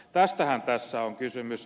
tästähän tässä on kysymys